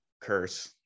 curse